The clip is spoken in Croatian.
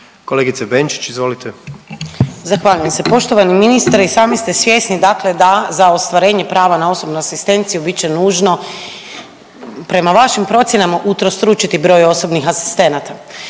**Benčić, Sandra (Možemo!)** Zahvaljujem se. Poštovani ministre, i sami ste svjesni dakle da za ostvarenje prava na osobnu asistenciju bit će nužno prema vašim procjenama utrostručiti broj osobnih asistenata.